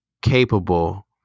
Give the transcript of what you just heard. capable